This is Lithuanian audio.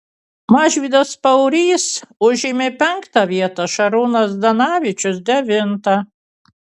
mažvydas paurys užėmė penktą vietą šarūnas zdanavičius devintą